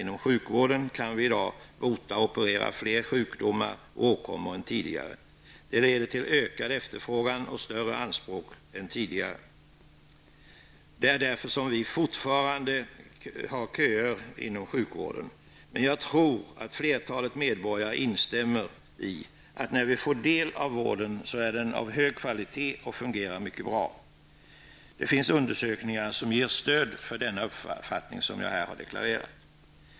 Inom sjukvården kan vi i dag bota och operera fler sjukdomar och åkommor än tidigare. Det leder till ökad efterfrågan och större anspråk än tidigare. Det är därför som vi fortfarande har köer inom sjukvården. Men jag tror att flertalet medborgare instämmer i att när vi får del av vården så är den av hög kvalitet och fungerar mycket bra. Det finns undersökningar som ger stöd för den uppfattning som jag här har deklarerat.